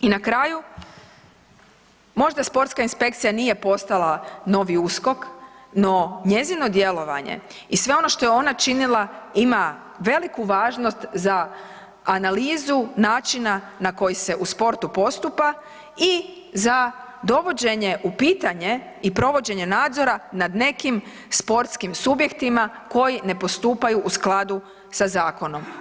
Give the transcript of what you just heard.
I na kraju, možda sportska inspekcija nije postala novi USKOK no njezino djelovanje i sve ono što je ona činila ima veliku važnost za analizu načina na koji se u sportu postupa i za dovođenje u pitanje i provođenje nadzora nad nekim sportskim subjektima koji ne postupaju u skladu sa zakonom.